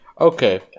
Okay